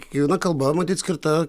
kiekviena kalba matyt skirta